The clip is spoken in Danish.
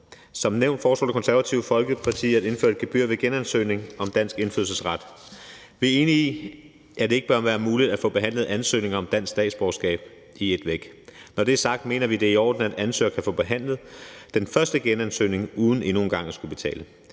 Som nævnt foreslår Det Konservative Folkeparti at indføre et gebyr ved genansøgning om dansk indfødsret. Vi er enige i, at det ikke bør være muligt at få behandlet ansøgning om dansk statsborgerskab i et væk. Når det er sagt, mener vi, det er i orden, at ansøgere kan få behandlet den første genansøgning uden endnu en gang at skulle betale.